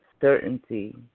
certainty